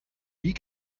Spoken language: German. wie